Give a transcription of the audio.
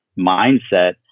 mindset